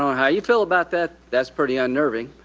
um how you feel about that. that's pretty unnerving.